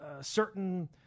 certain –